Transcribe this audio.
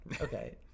Okay